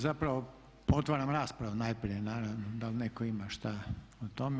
Zapravo otvaram raspravu najprije naravno da li netko ima šta o tome?